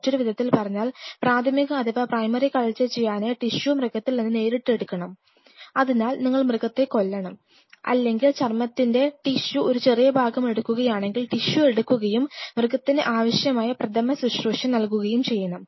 മറ്റൊരു വിധത്തിൽ പറഞ്ഞാൽപ്രാഥമിക അഥവാ പ്രൈമറി കൾച്ചർ ചെയ്യാനായി ടിഷ്യു മൃഗത്തിൽ നിന്ന് നേരിട്ട് എടുക്കണം അതിനായി നിങ്ങൾ മൃഗത്തെ കൊല്ലണം അല്ലെങ്കിൽ ചർമ്മത്തിന്റെ ടിഷ്യു ഒരു ചെറിയ ഭാഗം എടുക്കുകയാണെങ്കിൽ ടിഷ്യു എടുക്കുകയും മൃഗത്തിന് ആവശ്യമായ പ്രഥമശുശ്രൂഷ നൽകുകയും ചെയ്യണം